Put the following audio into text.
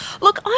Look